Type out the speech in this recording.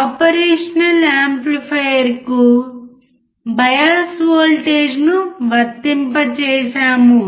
operation యాంప్లిఫైయర్కు bias వోల్టేజ్ను వర్తింపజేసాము